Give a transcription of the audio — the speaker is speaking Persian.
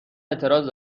اعتراض